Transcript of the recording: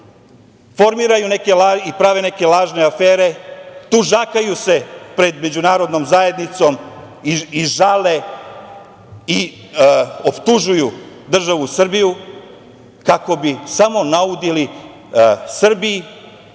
Formiraju i prave neke lažne afere. Tužakaju se pred međunarodnom zajednicom i žale i optužuju državu Srbiju kako bi samo naudili Srbiji,